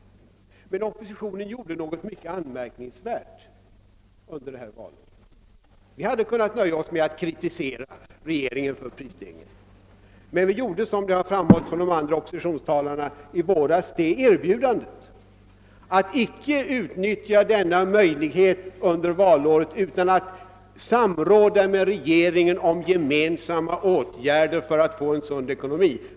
Oppositionen gjorde emellertid, herr statsminister, något mycket anmärkningsvärt inför det senaste valet. Vi hade kunnat nöja oss med att kritisera regeringen för prisstegringen, men vi erbjöd oss — såsom framhållits av de andra oppositionstalarna — i våras att inte utnyttja denna möjlighet under valåret utan samråda med regeringen om gemensamma åtgärder för att få en sund ekonomi.